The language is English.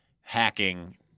hacking